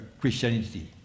Christianity